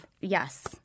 Yes